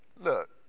Look